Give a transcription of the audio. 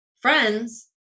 friends